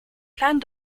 kleinen